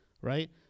right